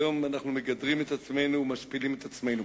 היום אנחנו מגדרים את עצמנו ומשפילים את עצמנו.